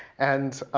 and